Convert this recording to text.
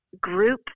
group